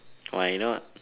why not